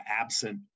absent